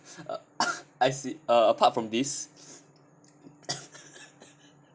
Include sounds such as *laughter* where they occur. *coughs* I see uh apart from this *laughs*